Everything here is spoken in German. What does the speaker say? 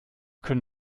können